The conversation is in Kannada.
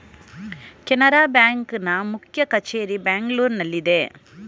ಕೆನರಾ ಬ್ಯಾಂಕ್ ನ ಮುಖ್ಯ ಕಚೇರಿ ಬೆಂಗಳೂರಿನಲ್ಲಿದೆ